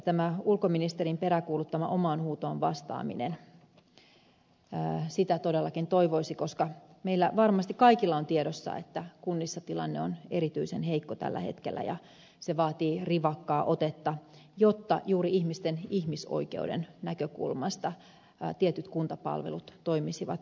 tätä ulkoministerin peräänkuuluttamaa omaan huutoon vastaamista todellakin toivoisi koska meillä varmasti kaikilla on tiedossa että kunnissa tilanne on erityisen heikko tällä hetkellä ja se vaatii rivakkaa otetta jotta juuri ihmisten ihmisoikeuksien näkökulmasta tietyt kuntapalvelut toimisivat jouhevasti